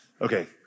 Okay